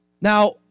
Now